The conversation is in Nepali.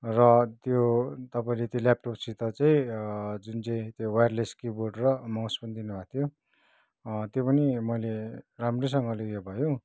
र त्यो तपाईँले त्यो ल्यापटपसित चाहिँ जुन चैँ त्यो वाइरलेस कीबोर्ड र माउस पनि दिनु भाथ्यो त्यो पनि मैले राम्रै सँङले उ यो भयो